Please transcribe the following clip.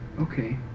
Okay